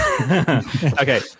Okay